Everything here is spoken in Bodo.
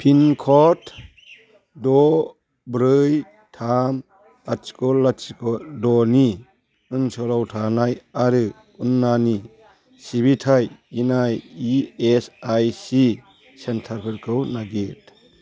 पिनक'ड द' ब्रै थाम लाथिख' लाथिख' द'नि ओनसोलाव थानाय आरो उनानि सिबिथाय होनाय इएसआइसि सेन्टारफोरखौ नागिर